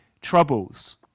troubles